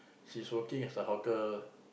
she's working as a hotel